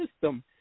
system